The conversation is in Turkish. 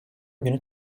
günü